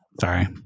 Sorry